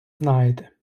знаєте